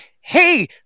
hey